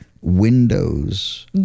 Windows